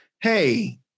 Hey